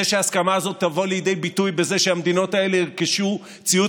זה שההסכמה הזאת תבוא לידי ביטוי בזה שהמדינות האלה ירכשו ציוד